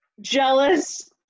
jealous